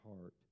heart